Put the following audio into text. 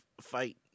fight